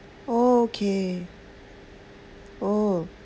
oh okay oh